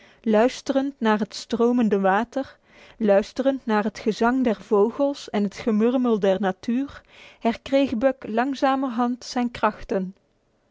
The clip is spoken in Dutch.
luisterend naar het stromende water luisterend naar het gezang der vogels en het gemurmel der natuur herkreeg buck langzamerhand zijn krachten